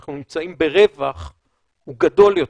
שאנחנו נמצאים ברווח הוא גדול יותר.